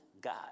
God